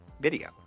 video